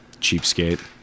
Cheapskate